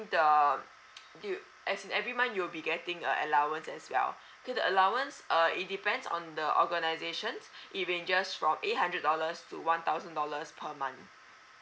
the you as in every month you'll be getting a allowance as well K the allowance uh it depends on the organizations it ranges from eight hundred dollars to one thousand dollars per month